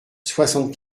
soixante